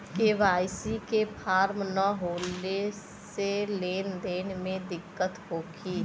KYC के form न होले से लेन देन में दिक्कत होखी?